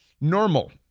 Normal